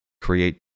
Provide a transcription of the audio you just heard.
create